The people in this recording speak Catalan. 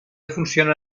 funciona